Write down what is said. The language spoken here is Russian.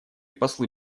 послы